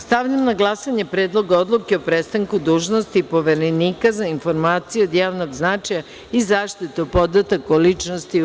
Stavljam na glasanje Predlog odluke o prestanku dužnosti Poverenika za informacije od javnog značaja i zaštitu podataka o ličnosti, u